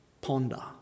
Ponder